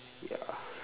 ya